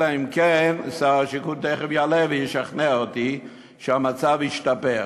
אלא אם כן שר השיכון תכף יעלה וישכנע אותי שהמצב ישתפר.